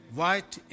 white